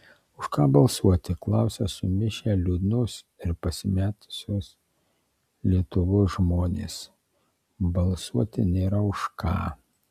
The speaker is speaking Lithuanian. už ką balsuoti klausia sumišę liūdnos ir pasimetusios lietuvos žmonės balsuoti nėra už ką